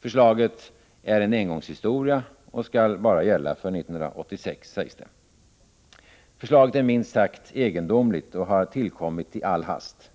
Förslaget är en engångshistoria och skall bara gälla för 1986, sägs det. Förslaget är minst sagt egendomligt och har tillkommit i all hast.